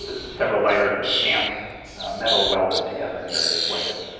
ah several layers of stamped metal welded together in various ways.